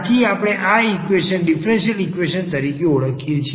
આથી આપણે આ ઈક્વેશન ડીફરન્સીયલ ઈક્વેશન તરીકે ઓળખીએ છે